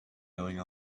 going